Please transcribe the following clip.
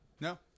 No